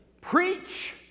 Preach